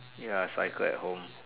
ya I cycle at home